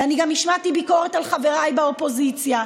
ואני גם השמעתי ביקורת על חבריי באופוזיציה.